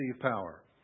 power